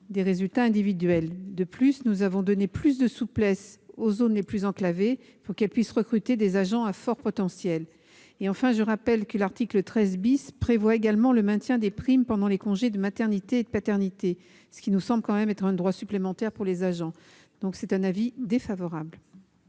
des résultats individuels. En outre, nous avons donné plus de souplesse aux zones les plus enclavées pour leur permettre de recruter des agents à fort potentiel. Enfin, je rappelle que l'article 13 prévoit également le maintien des primes pendant les congés de maternité et de paternité, ce qui nous semble constituer un droit supplémentaire pour les agents. Par conséquent l'avis de